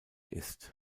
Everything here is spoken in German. ist